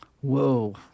Whoa